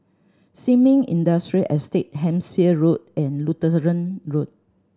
Sin Ming Industrial Estate Hampshire Road and Lutheran Road